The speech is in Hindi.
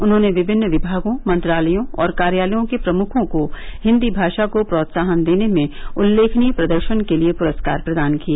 उन्होंने विभिन्न विभागों मंत्रालयों और कार्यालयों के प्रमुखों को हिन्दी भाषा को प्रोत्साहन देने में उल्लेखनीय प्रदर्शन के लिए पुरस्कार प्रदान किए